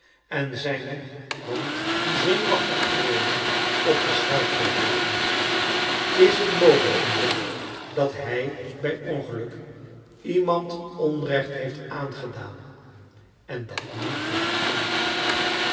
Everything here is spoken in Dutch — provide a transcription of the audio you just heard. en zijne hand die zenuwachtig trilde op de schrrjtplank legde is het mogelijk moeder dat hij bij ongeluk iemand onrecht heeft aangedaan en dat niet weer goed maakte